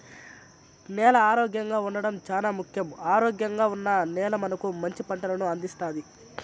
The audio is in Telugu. నేల ఆరోగ్యంగా ఉండడం చానా ముఖ్యం, ఆరోగ్యంగా ఉన్న నేల మనకు మంచి పంటలను అందిస్తాది